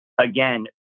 again